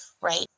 Right